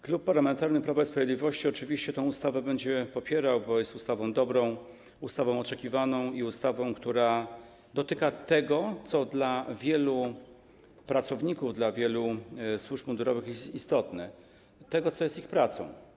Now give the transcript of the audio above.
Klub Parlamentarny Prawa i Sprawiedliwości oczywiście tę ustawę będzie popierał, bo jest ustawą dobrą, ustawą oczekiwaną i ustawą, która dotyka tego, co dla wielu pracowników, dla wielu służb mundurowych jest istotne, tego, co jest ich pracą.